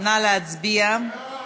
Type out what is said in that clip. נא להצביע.